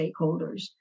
stakeholders